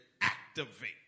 activate